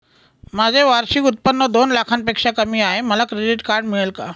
माझे वार्षिक उत्त्पन्न दोन लाखांपेक्षा कमी आहे, मला क्रेडिट कार्ड मिळेल का?